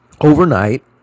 overnight